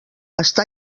està